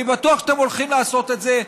אני בטוח שאתם הולכים לעשות את זה,